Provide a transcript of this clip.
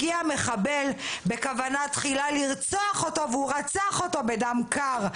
הגיע מחבל בכוונה תחילה לרצוח אותו והוא רצח אותו בדם קר.